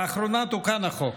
לאחרונה תוקן החוק,